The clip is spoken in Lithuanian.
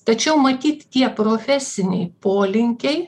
tačiau matyt tie profesiniai polinkiai